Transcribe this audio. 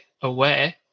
aware